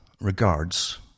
regards